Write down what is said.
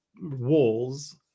walls